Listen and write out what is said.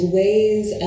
ways